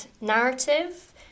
narrative